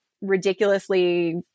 ridiculously